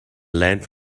land